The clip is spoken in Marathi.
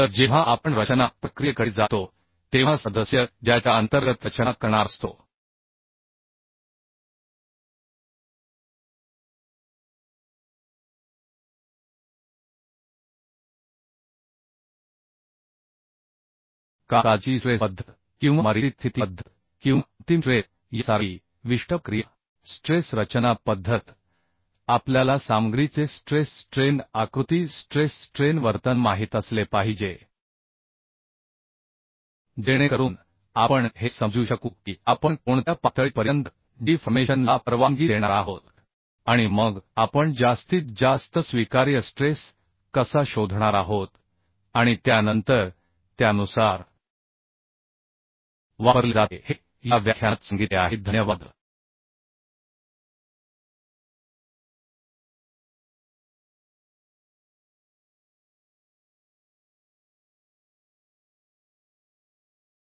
तर जेव्हा आपण रचना प्रक्रियेकडे जातो तेव्हा सदस्य ज्याच्या अंतर्गत रचना करणार असतो कामकाजाची स्ट्रेस पद्धत किंवा मर्यादित स्थिती पद्धत किंवा अंतिम स्ट्रेस यासारखी विशिष्ट प्रक्रिया स्ट्रेस रचना पद्धत आपल्याला सामग्रीचे स्ट्रेस स्ट्रेन आकृती स्ट्रेस स्ट्रेन वर्तन माहित असले पाहिजे जेणेकरून आपण हे समजू शकू की आपण कोणत्या पातळीपर्यंत डीफॉर्मेशनला परवानगी देणार आहोत आणि मग आपण जास्तीत जास्त स्वीकार्य स्ट्रेस कसा शोधणार आहोत आणि त्यानंतर त्यानुसार त्या रचनेचे निकष निश्चित केले जातील तर हे सर्व पोलाद एक संरचनात्मक सामग्री म्हणून के वापरले जाते हे या व्याख्यानात सांगितल आहे